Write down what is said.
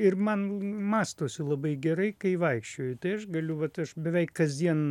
ir man mąstosi labai gerai kai vaikščioju tai aš galiu vat aš beveik kasdien